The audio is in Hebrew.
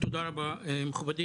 תודה רבה, מכובדי